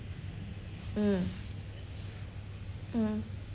mm mm